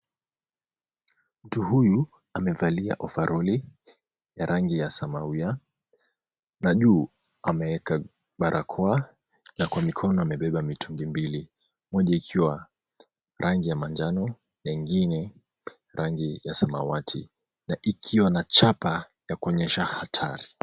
Mtu huyu amevalia ovaroli ya rangi ya samawia na juu ameweka barakoa na mikono amebeba mitungi mbili, moja ikiwa rangi ya manjano na ingine rangi ya samawati na ikiwa na chapa ya kuonyesha hatari.